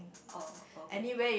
oh okay